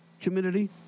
community